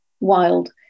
wild